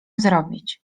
zrobić